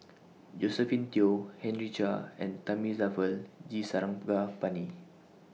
Josephine Teo Henry Chia and Thamizhavel G Sarangapani